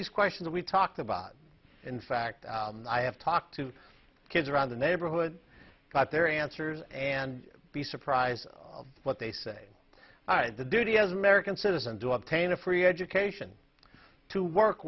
these questions we talk about in fact i have talked to kids around the neighborhood got their answers and be surprised what they say is the duty as an american citizen to obtain a free education to work